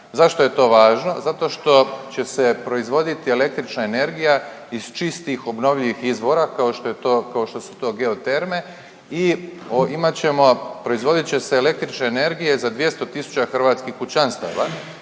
Zašto je to važno? Zato što će se proizvoditi električna energija iz čistih obnovljivih izvora, kao što je to, kao što su to geoterme i imat ćemo, proizvodit će se električne energije za 200 tisuća hrvatskih kućanstava